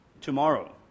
tomorrow